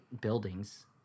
buildings